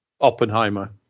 Oppenheimer